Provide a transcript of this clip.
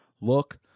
look